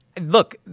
look